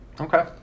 Okay